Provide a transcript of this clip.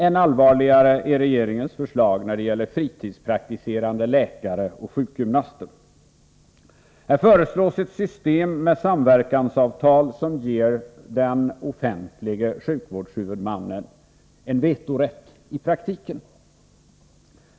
Än allvarligare är regeringens förslag när det gäller fritidspraktiserande läkare och sjukgymnaster. Här föreslås ett system med samverkansavtal som i praktiken ger den offentliga sjukvårdshuvudmannen en vetorätt.